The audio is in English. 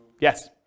Yes